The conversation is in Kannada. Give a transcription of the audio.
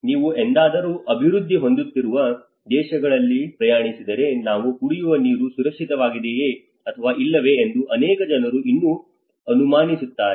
ನೀವು ಎಂದಾದರೂ ಅಭಿವೃದ್ಧಿ ಹೊಂದುತ್ತಿರುವ ದೇಶಗಳಲ್ಲಿ ಪ್ರಯಾಣಿಸಿದ್ದರೆ ನಾವು ಕುಡಿಯುವ ನೀರು ಸುರಕ್ಷಿತವಾಗಿದೆಯೇ ಅಥವಾ ಇಲ್ಲವೇ ಎಂದು ಅನೇಕ ಜನರು ಇನ್ನೂ ಅನುಮಾನಿಸುತ್ತಾರೆ